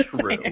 True